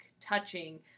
touching